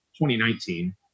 2019